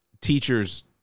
teachers